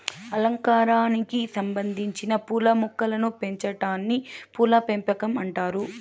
అలంకారానికి సంబందించిన పూల మొక్కలను పెంచాటాన్ని పూల పెంపకం అంటారు